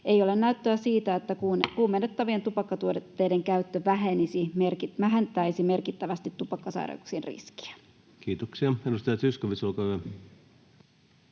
koputtaa] että kuumennettavien tupakkatuotteiden käyttö vähentäisi merkittävästi tupakkasairauksien riskiä. Kiitoksia. — Edustaja Zyskowicz, olkaa hyvä.